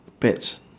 pets